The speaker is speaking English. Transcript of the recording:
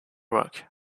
rock